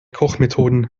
kochmethoden